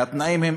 והתנאים הם,